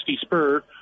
Spur